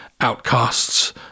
outcasts